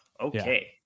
Okay